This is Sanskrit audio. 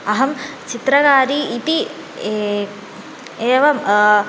अहं चित्रकारी इति ए एवं